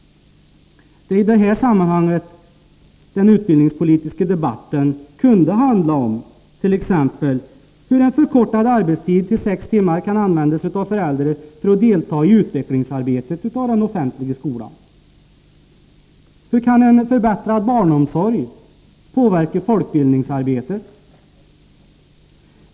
Det är i detta sammanhang som den utbildningspolitiska debatten kunde handla om t.ex. hur en till sex timmar förkortad arbetstid kan användas av föräldrar för att delta i utvecklingsarbetet för den offentliga skolan. Hur kan en förbättrad barnomsorg påverka folkbildningsarbetet?